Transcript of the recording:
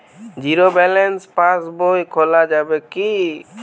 Zero balance pass বই খোলা যাবে কি?